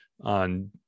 on